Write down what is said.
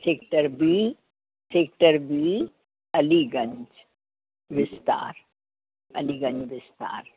sector B sector B Aliganj विस्तार अलीगंज विस्तार